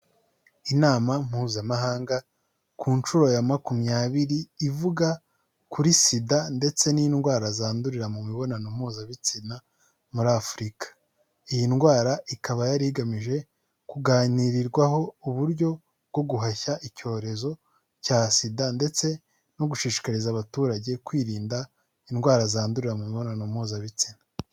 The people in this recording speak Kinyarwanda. Inama mpuzamahanga ku nshuro ya makumyabiri, ivuga kuri Sida ndetse n'indwara zandurira mu mibonano mpuzabitsina muri Afurika, iyi ndwara ikaba yari igamije kuganirirwaho uburyo bwo guhashya icyorezo cya Sida, ndetse no gushishikariza abaturage, kwirinda indwara zandurira mu mibonano mpuzabitsina.